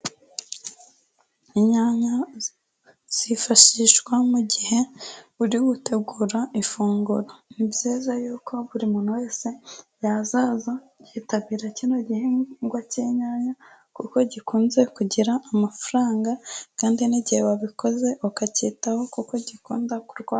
Inyanya zifashishwa mu gihe uri gutegura ifunguro, ni byiza yuko buri muntu wese yazaza akitabira kino gihingwa cy'inyanya kuko gikunze kugira amafaranga kandi n'igihe wabikoze, ukacyitaho kuko gikunda kurwara.